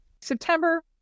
September